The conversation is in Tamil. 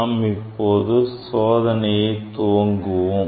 நாம் இப்போது சோதனையை துவங்குவோம்